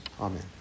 Amen